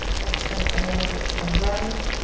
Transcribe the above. kind of over to the right.